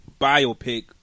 biopic